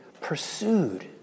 pursued